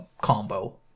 combo